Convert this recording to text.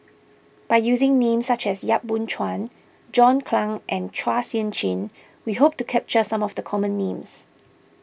by using names such as Yap Boon Chuan John Clang and Chua Sian Chin we hope to capture some of the common names